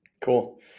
Cool